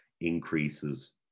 increases